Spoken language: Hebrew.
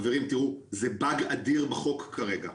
חברים תראו, זה באג אדיר בחוק כרגע.